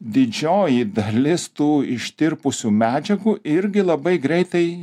didžioji dalis tų ištirpusių medžiagų irgi labai greitai